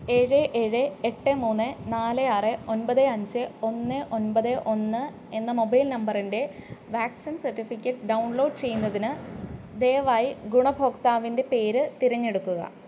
ഏഴ് ഏഴ് എട്ട് മൂന്ന് നാല് ആറ് ഒൻപത് അഞ്ച് ഒന്ന് ഒൻപത് ഒന്ന് എന്ന മൊബൈൽ നമ്പറിന്റെ വാക്സിൻ സർട്ടിഫിക്കറ്റ് ഡൗൺലോഡ് ചെയ്യുന്നതിന് ദയവായി ഗുണഭോക്താവിന്റെ പേര് തിരഞ്ഞെടുക്കുക